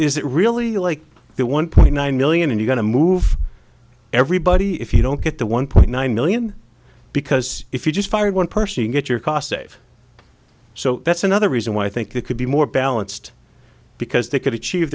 is it really like that one point nine million and you going to move everybody if you don't get the one point nine million because if you just fired one person you get your cost saved so that's another reason why i think it could be more balanced because they could achieve